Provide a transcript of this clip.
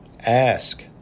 Ask